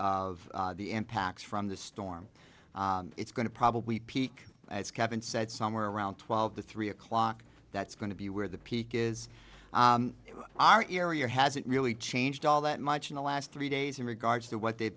of the impacts from the storm it's going to probably peak as kevin said somewhere around twelve to three o'clock that's going to be where the peak is our area hasn't really changed all that much in the last three days in regards to what they've